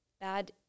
bad